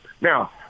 Now